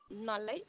knowledge